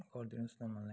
गरिदिनुहोस् न मलाई